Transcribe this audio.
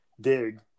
dig